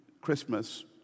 Christmas